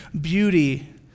beauty